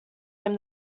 him